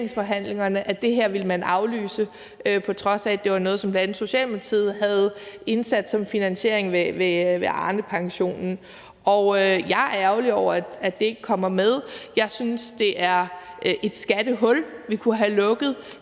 at det her ville man aflyse, på trods af at det var noget, som bl.a. Socialdemokratiet havde indsat som finansiering af Arnepensionen. Jeg er ærgerlig over, at det ikke kommer med. Jeg synes, det er et skattehul, vi kunne have lukket.